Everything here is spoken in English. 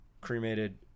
cremated